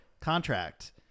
contract